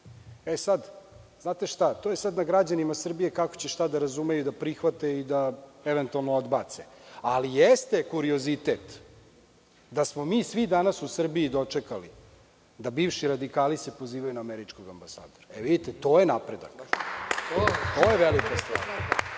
tako. Znate šta, to je sada na građanima Srbije kako će šta da razumeju i prihvate i da eventualno odbace. Jeste kuriozitet da smo mi svi danas u Srbiji dočekali da bivši radikali se pozivaju na američkog ambasadora. To je napredak. To je velika stvar. Ono